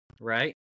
Right